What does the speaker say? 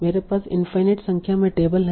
मेरे पास इनफाईनाईट संख्या में टेबल हैं